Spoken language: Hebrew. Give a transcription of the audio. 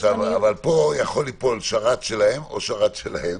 אבל פה יכול ליפול שרת שלהם או שרת שלהם,